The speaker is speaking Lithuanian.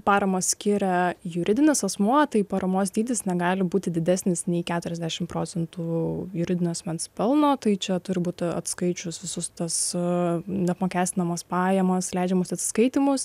paramą skiria juridinis asmuo tai paramos dydis negali būti didesnis nei keturiasdešim procentų juridinio asmens pelno tai čia turbūt atskaičius visus tuos su neapmokestinamos pajamos leidžiamus atskaitymus